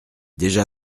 déjà